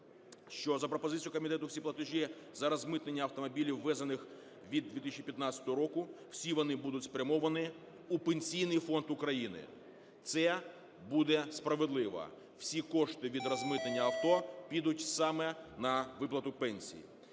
що за пропозицією комітету всі платежі за розмитнення автомобілів, ввезених від 2015 року, всі вони будуть спрямовані у Пенсійний фонд України. Це буде справедливо, всі кошти від розмитнення авто підуть саме на виплату пенсій